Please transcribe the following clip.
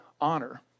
honor